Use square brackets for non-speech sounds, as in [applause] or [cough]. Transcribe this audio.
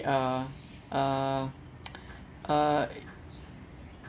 uh uh [noise] uh